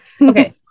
okay